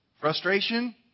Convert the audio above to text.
frustration